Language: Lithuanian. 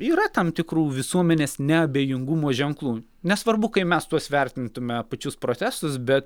yra tam tikrų visuomenės neabejingumo ženklų nesvarbu kai mes tuos vertintume pačius procesus bet